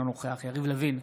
אינו נוכח יריב לוין,